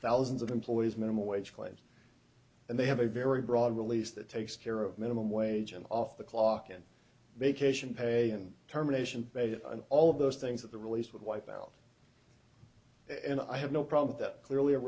thousands of employees minimum wage slaves and they have a very broad release that takes care of minimum wage and off the clock and vacation pay and terminations bed and all of those things that the release would wipe out and i have no problem that clearly a